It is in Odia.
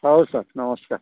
ହଉ ସାର୍ ନମସ୍କାର